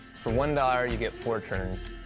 for one dollar you get four turns,